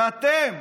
ואתם,